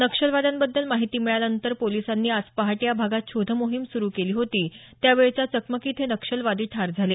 नक्षलवाद्यां बद्दल माहिती मिळाल्या नंतर पोलिसांनी आज पहाटे या भागात शोध मोहीम सुरु केली होती त्यावेळच्या चकमकीत हे नक्षलवादी ठार झाले